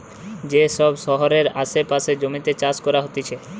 যে সব শহরের আসে পাশের জমিতে চাষ করা হতিছে